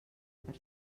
per